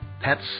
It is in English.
pets